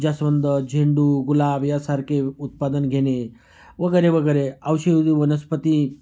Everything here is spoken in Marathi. जास्वंद झेंडू गुलाब यासारखे उत्पादन घेणे वगैरे वगैरे औषधी वनस्पती